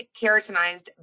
keratinized